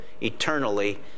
eternally